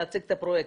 להציג את הפרויקט,